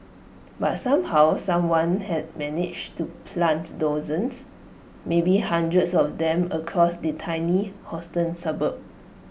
but somehow someone had managed to plant dozens maybe hundreds of them across the tiny Houston suburb